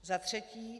Za třetí.